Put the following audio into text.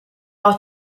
are